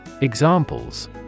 Examples